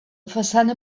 façana